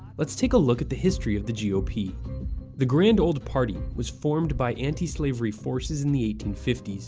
let's take a look at the history of the ah gop. the grand old party was formed by antislavery forces in the eighteen fifty s.